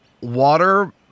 water